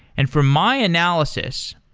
and from my analysis,